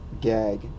Gag